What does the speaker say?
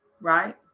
right